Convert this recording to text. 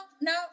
no